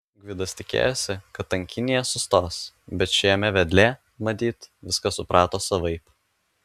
gvidas tikėjosi kad tankynėje sustos bet šėmė vedlė matyt viską suprato savaip